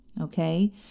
okay